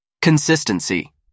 consistency